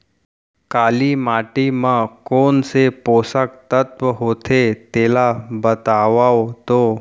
काली माटी म कोन से पोसक तत्व होथे तेला बताओ तो?